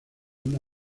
una